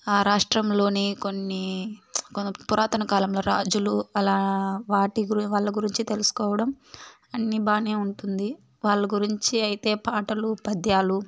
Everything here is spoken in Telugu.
ఆ రాష్ట్రంలోని కొన్ని కొన్ని పురాతనకాలంలో రాజులు అలా వాటి వాళ్ళ గురించి తెలుసుకోవడం అన్నీ బాగానే ఉంటుంది వాళ్ళ గురించి అయితే పాటలూ పద్యాలూ